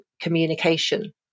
communication